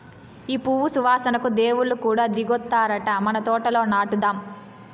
ఈ పువ్వు సువాసనకు దేవుళ్ళు కూడా దిగొత్తారట మన తోటల నాటుదాం